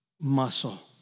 muscle